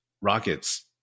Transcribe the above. Rockets